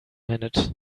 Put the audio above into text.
minute